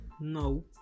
no